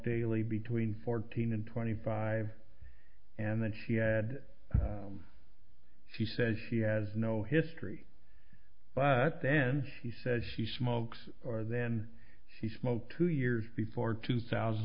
daily between fourteen and twenty five and then she had she says she has no history but then she says she smokes or then she smoked two years before two thousand